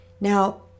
Now